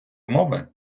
мови